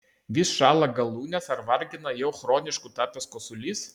vis šąla galūnės ar vargina jau chronišku tapęs kosulys